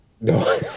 No